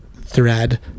thread